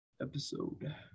episode